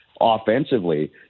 offensively